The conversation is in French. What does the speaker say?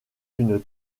une